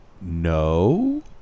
No